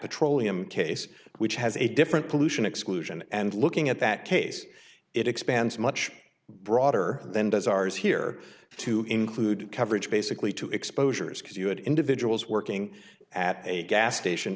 petroleum case which has a different pollution exclusion and looking at that case it expands much broader than does ours here to include coverage basically two exposures because you had individuals working at a gas station